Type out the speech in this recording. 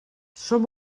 som